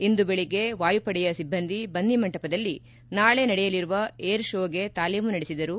ಇಂದು ಬೆಳಿಗ್ಗೆ ವಾಯುಪಡೆಯ ಸಿಬ್ಬಂದಿ ಬನ್ನಿಮಂಟಪದಲ್ಲಿ ನಾಳೆ ನಡೆಯಲಿರುವ ಏರ್ ಷೋಗೆ ತಾಲೀಮು ನಡೆಸಿದರು